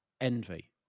envy